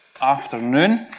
afternoon